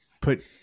put